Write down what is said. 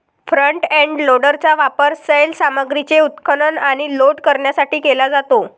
front end लोडरचा वापर सैल सामग्रीचे उत्खनन आणि लोड करण्यासाठी केला जातो